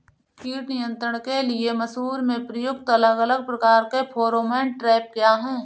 कीट नियंत्रण के लिए मसूर में प्रयुक्त अलग अलग प्रकार के फेरोमोन ट्रैप क्या है?